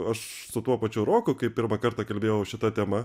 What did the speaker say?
aš su tuo pačiu roku kai pirmą kartą kalbėjau šita tema